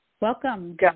Welcome